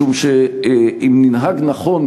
משום שאם ננהג נכון,